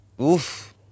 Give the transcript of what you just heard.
Oof